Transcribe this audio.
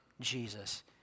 Jesus